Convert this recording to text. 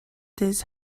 this